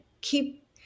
keep